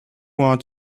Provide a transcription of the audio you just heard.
want